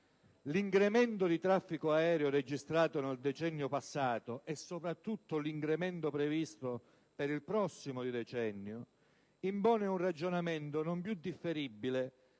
L'incremento di traffico aereo registrato nel decennio passato e, soprattutto, l'incremento previsto per il prossimo decennio impongono un ragionamento non più differibile